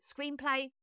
screenplay